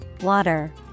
water